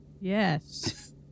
Yes